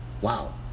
wow